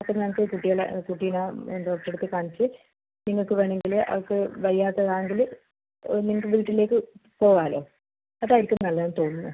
അപ്പോൾ ഞങ്ങൾക്ക് കുട്ടികളെ കുട്ടീനെ ഡോക്ടറെ അടുത്ത് കാണിച്ച് നിങ്ങൾക്ക് വേണമെങ്കിൽ അവക്ക് വയ്യാത്തത് ആണെങ്കിൽ നിങ്ങൾക്ക് വീട്ടിലേയ്ക്ക് പോകാലോ അത് ആയിരിക്കും നല്ലതെന്ന് തോന്നുന്നു